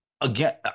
again